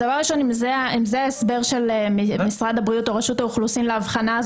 אם זה ההסבר של משרד הבריאות או רשות האוכלוסין לאבחנה,